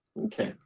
Okay